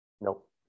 Nope